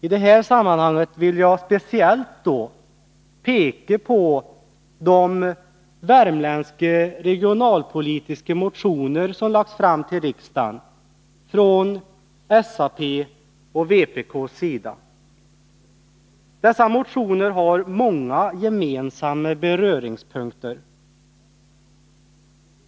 I detta sammanhang vill jag speciellt peka på de värmländska regionalpolitiska motioner som lagts fram till riksdagen från SAP:s och vpk:s sida. Dessa motioner har många gemensamma beröringspunkter.